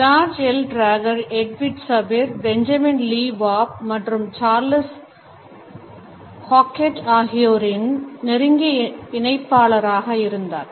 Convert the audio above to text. George L Trager Edward Sapir Benjamin Lee Whorf மற்றும் Charles Hockett George L Trager Edward Sapir Benjamin Lee Whorf and Charles Hockett ஆகியோரின் நெருங்கிய இணைப்பாளராக இருந்தார்